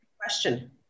question